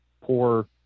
poor